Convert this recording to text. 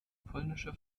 polnische